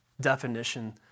definition